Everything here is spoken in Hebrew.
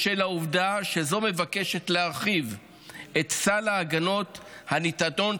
בשל העובדה שזו מבקשת להרחיב את סל ההגנות הניתנות